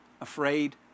afraid